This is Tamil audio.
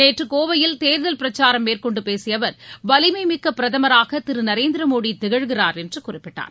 நேற்று கோவையில் தேர்தல் பிரச்சாரம் மேற்கொண்டு பேசிய அவர் வலிமைமிக்க பிரதமராக திரு நரேந்திர மோடி திகழ்கிறார் என்று குறிப்பிட்டார்